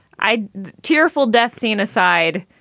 i tearful death scene aside,